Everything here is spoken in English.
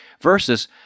Versus